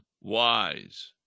wise